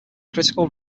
critical